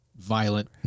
violent